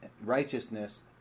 righteousness